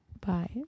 bye